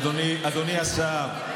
אדוני השר,